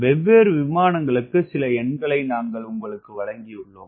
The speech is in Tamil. வெவ்வேறு விமானங்களுக்கு சில எண்களை நாங்கள் உங்களுக்கு வழங்கியுள்ளோம்